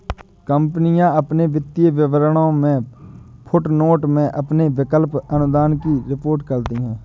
कंपनियां अपने वित्तीय विवरणों में फुटनोट में अपने विकल्प अनुदान की रिपोर्ट करती हैं